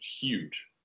huge